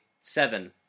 seven